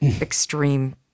extreme